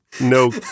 No